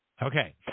Okay